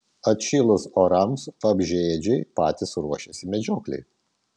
atšilus orams vabzdžiaėdžiai patys ruošiasi medžioklei